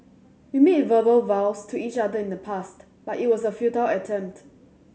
we made verbal vows to each other in the past but it was a futile attempt